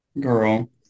Girl